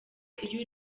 iyo